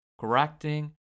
correcting